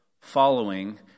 following